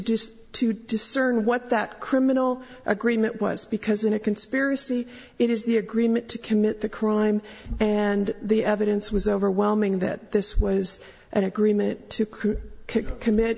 do to discern what that criminal agreement was because in a conspiracy it is the agreement to commit the crime and the evidence was overwhelming that this was an agreement to co